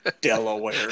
Delaware